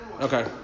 Okay